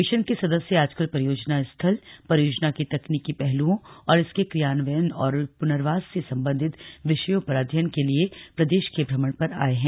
mission के सदस्य आजकल परियोजना स्थल परियोजना के तकनीकि पहलुओं और इसके क्रियान्वयन और पुनर्वास से संबंधित विषयों पर अध्ययन के लिए प्रदेश के भ्रमण पर आये हैं